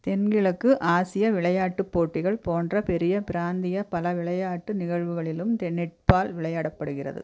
தென்கிழக்கு ஆசிய விளையாட்டுப் போட்டிகள் போன்ற பெரிய பிராந்திய பல விளையாட்டு நிகழ்வுகளிலும் தென் நெட் பால் விளையாடப்படுகிறது